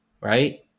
right